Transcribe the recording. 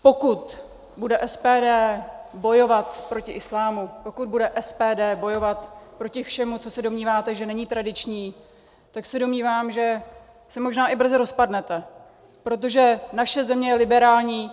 Pokud bude SPD bojovat proti islámu, pokud bude SPD bojovat proti všemu, co se domníváte, že není tradiční, tak se domnívám, že se možná i brzo rozpadnete, protože naše země je liberální.